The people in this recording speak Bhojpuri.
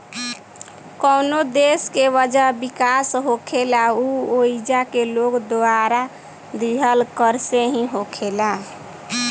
कवनो देश के वजह विकास होखेला उ ओइजा के लोग द्वारा दीहल कर से ही होखेला